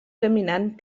caminant